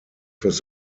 his